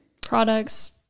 Products